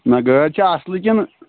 نہ گٲڑۍ چھا اَصلٕے کِنہٕ